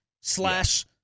slash